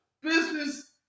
business